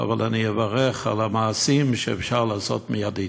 אבל אני אברך על המעשים שאפשר לעשות מייד.